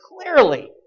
clearly